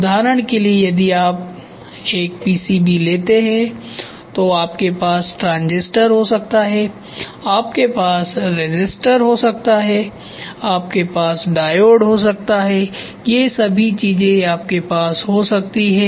उदाहरण के लिए यदि आप एक पीसीबी लेते हैं तो आपके पास ट्रांजिस्टर हो सकता है आपके पास रेसिस्टर हो सकता है आपके पास डायोड हो सकता है ये सभी चीजें आपके पास हो सकती हैं